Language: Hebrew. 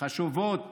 חשובות